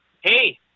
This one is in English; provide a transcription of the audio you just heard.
hey